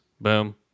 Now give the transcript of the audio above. boom